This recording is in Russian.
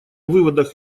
выводах